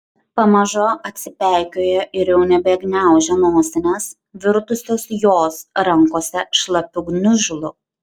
pamažu atsipeikėjo ir jau nebegniaužė nosinės virtusios jos rankose šlapiu gniužulu